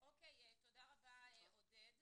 תודה רבה עודד.